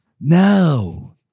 No